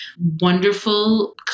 wonderful